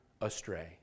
astray